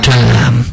time